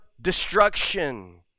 destruction